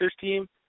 team